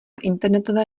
internetové